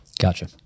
Gotcha